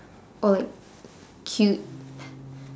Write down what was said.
or cute